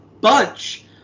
bunch